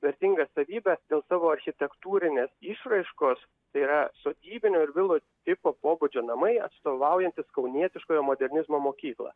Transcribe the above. vertinga savybė dėl savo architektūrinės išraiškos tai yra sodybinio ir vilos tipo pobūdžio namai atstovaujantys kaunietiškojo modernizmo mokyklą